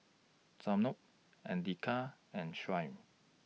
Zamrud Andika and Shuib